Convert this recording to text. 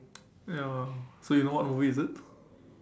ya so you know what movie is it